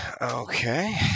Okay